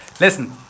Listen